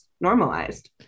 normalized